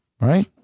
Right